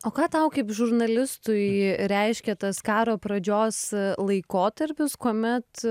o ką tau kaip žurnalistui reiškia tas karo pradžios laikotarpis kuomet